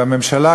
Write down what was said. והממשלה,